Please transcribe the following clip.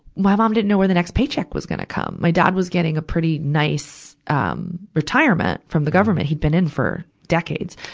my mom didn't know where the next paycheck was gonna come. my dad was getting a pretty nice, um, retirement from the government. he'd been in for decades.